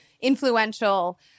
influential